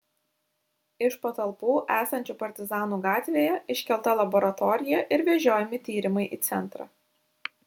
iš patalpų esančių partizanų gatvėje iškelta laboratorija ir vežiojami tyrimai į centrą